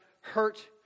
hurt